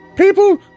People